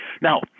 Now